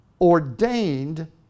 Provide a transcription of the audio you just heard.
ordained